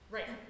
Right